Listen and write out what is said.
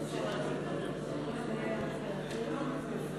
בהתאם להוראות סעיף 69 לתקנון הכנסת,